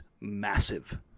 massive